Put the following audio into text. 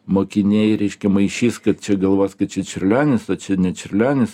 mokiniai reiškia maišys kad čia galvos kad čia čiurlionis o čia ne čiurlionis